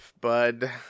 bud